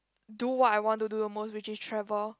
do what I want to do the most which is travel